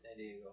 Sandiego